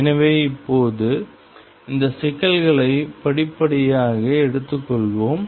எனவே இப்போது இந்த சிக்கல்களை படிப்படியாக எடுத்துக்கொள்வோம்